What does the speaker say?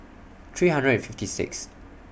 three hundred fifty six